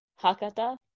Hakata